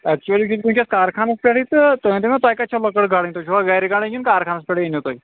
اٮ۪کچُؤلی چھُس بہٕ وُنکٮ۪س کار خانس پٮ۪ٹھٕے تہٕ تُھۍ ؤنۍتو مےٚ تۄہہِ کتہِ چھو لٔکٕر کڑٕنۍ تۄہہِ چھوا گرِ کڑٕنۍ کِنہٕ کار خانس پٮ۪ٹھے أنِو تُہۍ